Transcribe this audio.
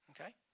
okay